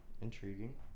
Intriguing